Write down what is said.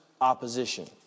opposition